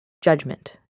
Judgment